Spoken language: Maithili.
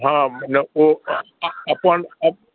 हॅं ओ अपन